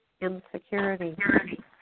Insecurity